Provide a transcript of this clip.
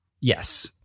Yes